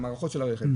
מהמערכות של הרכב,